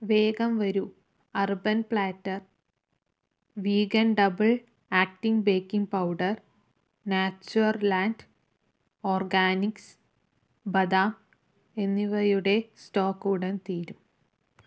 വേഗം വരൂ Urban Platter vegan double acting baking powder Natureland Organics ബദാം എന്നിവയുടെ സ്റ്റോക്ക് ഉടൻ തീരും